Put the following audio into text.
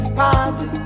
party